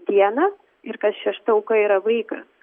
dieną ir kas šešta auka yra vaikas